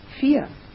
fear